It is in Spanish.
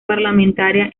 parlamentaria